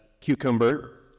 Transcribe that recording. cucumber